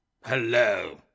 Hello